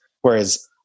Whereas